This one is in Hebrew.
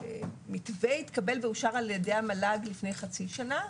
המתווה התקבל ואושר על ידי המל"ג לפני חצי שנה,